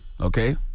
Okay